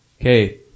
Okay